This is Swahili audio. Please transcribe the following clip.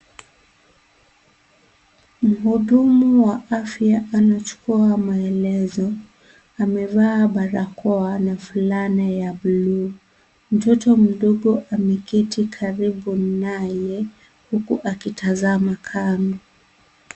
Mhudumu wa afya anachukua maelezo amevaa barakoa na fulana ya bluu mtoto mdogo ameketi karibu naye huku akitazama kamwe.